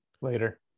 later